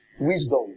Wisdom